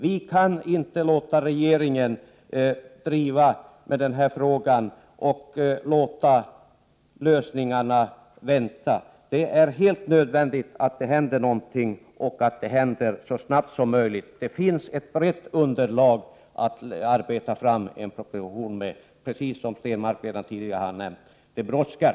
Vi kan inte låta regeringen förhala den här frågan och låta lösningarna vänta på sig. Det är helt nödvändigt att någonting händer, och att det händer så snart som möjligt. Det finns ett brett underlag att arbeta efter när det gäller att ta fram en proposition, precis som Per Stenmarck redan tidigare har nämnt. Det brådskar!